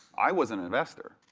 i was an investor,